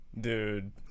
Dude